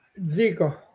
Zico